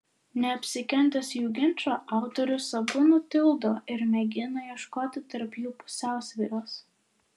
neapsikentęs jų ginčo autorius abu nutildo ir mėgina ieškoti tarp jų pusiausvyros